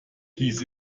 hieß